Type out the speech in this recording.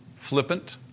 flippant